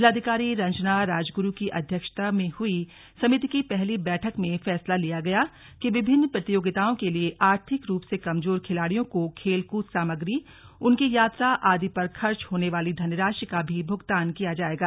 जिलाधिकारी रंजना राजगुरू की अध्यक्षता में हुई समिति की पहली बैठक में फैसला लिया गया कि विभिन्न प्रतियोगिताओं के लिए आर्थिक रूप से कमजोर खिलाड़ियों को खेलकूल सामग्री उनकी यात्रा आदि पर खर्च होने वाली धनराशि का भी भुगतान किया जाएगा